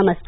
नमस्कार